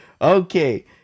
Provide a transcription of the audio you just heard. okay